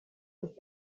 ist